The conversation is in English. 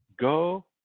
Go